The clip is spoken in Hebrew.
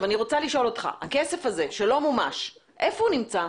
אני רוצה לשאול אותך הכסף הזה שלא מומש איפה הוא נמצא?